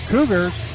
Cougars